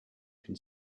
can